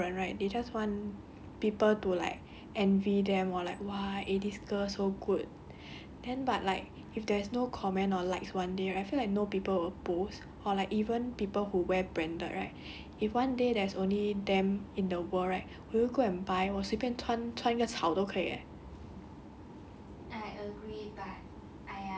I feel like people don't really post anymore like eh since I feel like 很多人 right they just want people to like envy them or like !wah! eh this girl so good then but like if there is no comment or likes one day I feel like no people will post or like even people who wear branded right if one day there's only them in the world right will you go and buy 我随便穿穿个草都可以 eh